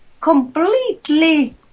completely